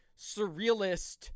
surrealist